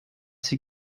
sie